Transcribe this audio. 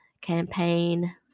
campaign